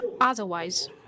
otherwise